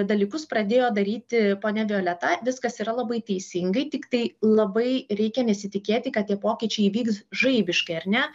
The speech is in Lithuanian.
dalykus pradėjo daryti ponia violeta viskas yra labai teisingai tiktai labai reikia nesitikėti kad tie pokyčiai įvyks žaibiškai ar ne